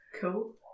Cool